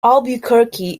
albuquerque